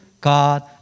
God